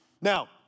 Now